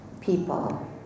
people